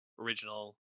original